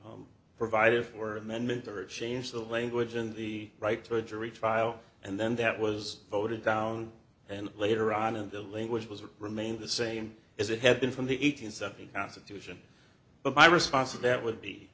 initially provided for amendment or a change the language and the right to a jury trial and then that was voted down and later on in the language was it remained the same as it had been from the eight hundred seventy constitution but my response to that would be